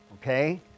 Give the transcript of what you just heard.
okay